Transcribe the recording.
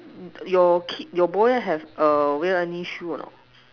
your kid your boy have err wear any shoe a not